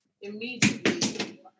immediately